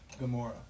Gamora